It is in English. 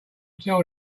tell